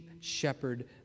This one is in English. shepherd